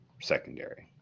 secondary